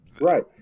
Right